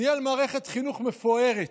ניהל מערכת חינוך מפוארת.